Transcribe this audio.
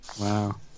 wow